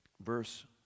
Verse